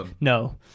No